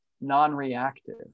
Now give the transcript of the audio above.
non-reactive